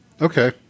okay